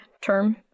term